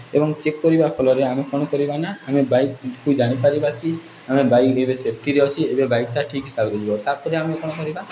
ଏବଂ ଚେକ୍ କରିବା ଫଲରେ ଆମେ କ'ଣ କରିବା ନା ଆମେ ବାଇକ୍କୁ ଜାଣିପାରିବା କି ଆମେ ବାଇକ୍ ଏବେ ସେଫ୍ଟିରେ ଅଛି ଏବେ ବାଇକ୍ଟା ଠିକ୍ ହିସାବରେ ଯିବ ତା'ପରେ ଆମେ କ'ଣ କରିବା